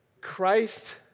Christ